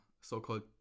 so-called